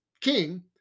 king